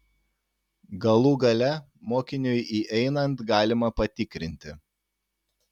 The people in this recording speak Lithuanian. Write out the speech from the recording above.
galų gale mokiniui įeinant galima patikrinti